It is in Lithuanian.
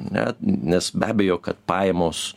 net nes be abejo kad pajamos